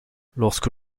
lorsque